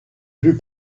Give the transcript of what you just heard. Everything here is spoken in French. plus